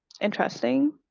interesting